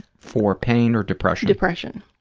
for pain or depression? depression.